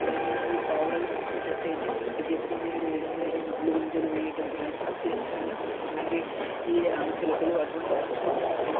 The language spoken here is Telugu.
ఎప్పుడైనా ఈ పావురాలు వచ్చేటట్టు అయితే నేను బియ్యపుగింజలు వేయడం లేదా వడ్ల గింజలు వేయడం ఇలాంటివి చేస్తాను అలాగే ఈ రామచిలకలు అటువంటి పక్షులని